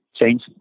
change